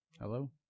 Hello